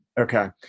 Okay